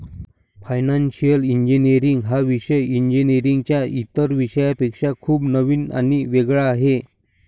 financial engineering हा विषय इंजिनीअरिंगच्या इतर विषयांपेक्षा खूप नवीन आणि वेगळा आहे